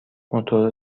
موتور